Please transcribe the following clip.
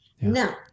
now